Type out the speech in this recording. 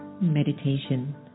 Meditation